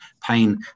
pain